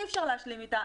אי אפשר להשלים אתה,